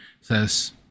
Says